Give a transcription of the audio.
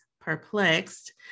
perplexed